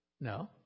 No